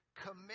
commit